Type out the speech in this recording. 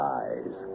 eyes